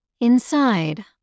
Inside